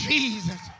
Jesus